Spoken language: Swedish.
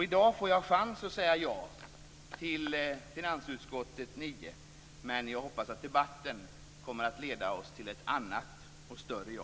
I dag får jag chans att säga ja till finansutskottets betänkande 9, men jag hoppas att debatten kommer att leda oss till ett annat och större ja.